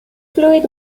fluid